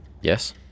Yes